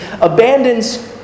abandons